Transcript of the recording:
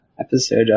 Episode